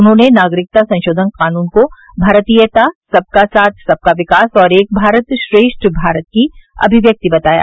उन्होंने नागरिकता संशोधन कानून को भारतीयता सबका साथ सबका विकास और एक भारत श्रेष्ठ भारत की अभिव्यक्ति बताया